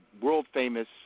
world-famous